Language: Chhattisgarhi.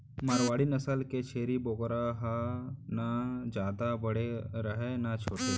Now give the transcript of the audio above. मारवाड़ी नसल के छेरी बोकरा ह न जादा बड़े रहय न छोटे